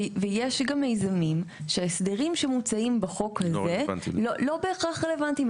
ויש גם מיזמים שההסדרים שמוצעים בחוק הזה לא בהכרח רלוונטיים.